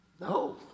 No